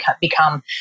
become